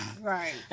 Right